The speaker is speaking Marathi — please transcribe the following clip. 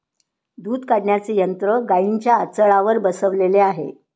दूध काढण्याचे यंत्र गाईंच्या आचळावर बसवलेले आहे